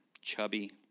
chubby